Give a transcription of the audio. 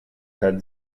had